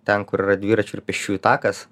ten kur yra dviračių ir pėsčiųjų takas